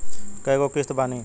कय गो किस्त बानी?